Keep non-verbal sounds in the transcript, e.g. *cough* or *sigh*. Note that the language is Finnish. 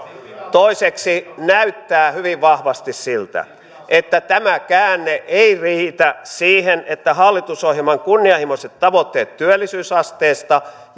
toiseksi näyttää hyvin vahvasti siltä että tämä käänne ei riitä siihen että hallitusohjelman kunnianhimoiset tavoitteet työllisyysasteesta *unintelligible*